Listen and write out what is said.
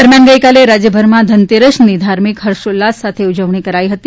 દરમિયાન ગઇકાલે રાજ્યભરમાં ધનતેરસની ધાર્મિક હર્ષોલ્લાસ સાથે ઉજણી થઈ હતી